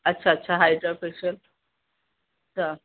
अच्छा अच्छा हाइड्रा कुझु त